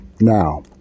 Now